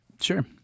Sure